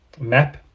map